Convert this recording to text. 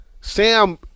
Sam